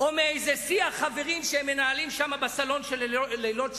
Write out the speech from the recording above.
בטלוויזיה או מאיזה שיח חברים שהם מנהלים בסלון של לילות שבת,